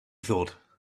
thought